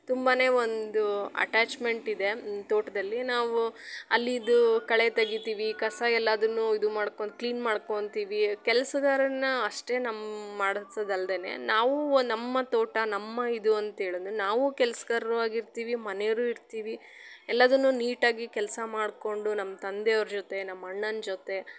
ತುಂಬಾ ಒಂದು ಅಟ್ಯಾಚ್ಮೆಂಟ್ ಇದೆ ತೋಟದಲ್ಲಿ ನಾವು ಅಲ್ಲಿಯದು ಕಳೆ ತೆಗೀತೀವಿ ಕಸ ಎಲ್ಲ ಅದನ್ನೂ ಇದು ಮಾಡ್ಕೊಂಡು ಕ್ಲೀನ್ ಮಾಡ್ಕೊಳ್ತೀವಿ ಕೆಲಸಗಾರನ್ನ ಅಷ್ಟೇ ನಮ್ಮ ಮಾಡ್ಸೋದಲ್ದೆ ನಾವೂ ನಮ್ಮ ತೋಟ ನಮ್ಮ ಇದು ಅಂತ ಹೇಳಿ ನಾವೂ ಕೆಲ್ಸಗಾರ್ರೂ ಆಗಿರ್ತೀವಿ ಮನೆಯವ್ರೂ ಇರ್ತೀವಿ ಎಲ್ಲದನ್ನೂ ನೀಟಾಗಿ ಕೆಲಸ ಮಾಡಿಕೊಂಡು ನಮ್ಮ ತಂದೆಯವ್ರ ಜೊತೆ ನಮ್ಮ ಅಣ್ಣನ ಜೊತೆ